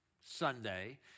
Sunday